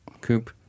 Coop